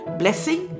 blessing